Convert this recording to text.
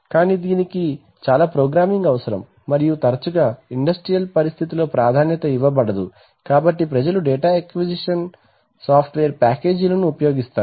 కానీ దీనికి చాలా ప్రోగ్రామింగ్ అవసరం మరియు తరచుగా ఇండస్ట్రియల్ పరిస్థితిలో ప్రాధాన్యత ఇవ్వబడదు కాబట్టి ప్రజలు డేటా అక్విజిషన్ సాఫ్ట్వేర్ ప్యాకేజీలను ఉపయోగిస్తారు